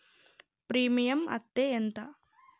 Premium అత్తే ఎంత?